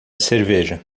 cerveja